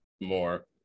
more